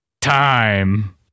time